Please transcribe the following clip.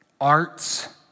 arts